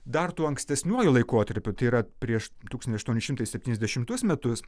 dar tuo ankstesniuoju laikotarpiu tai yra prieš tūkstantį aštuoni šimtai septyniasdešimtus metus